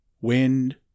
wind